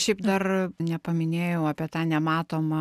šiaip dar nepaminėjau apie tą nematomą